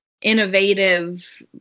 innovative